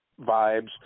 vibes